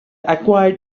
acquired